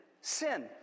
sin